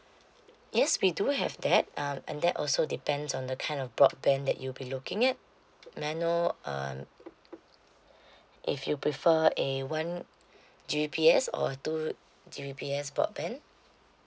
yes we do have that um and then also depends on the kind of broadband that you'll be looking at may I know um if you prefer a one G_B_P_S or two G_B_P_S broadband